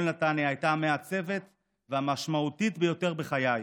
נתניה הייתה המעצבת והמשמעותית ביותר בחיי.